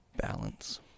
balance